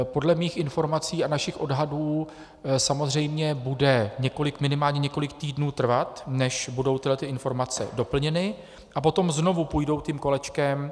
Podle mých informací a našich odhadů samozřejmě bude minimálně několik týdnů trvat, než budou tyto informace doplněny, a potom znovu půjdou tím kolečkem.